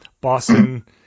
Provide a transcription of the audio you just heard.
Boston